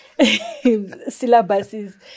syllabuses